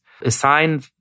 assign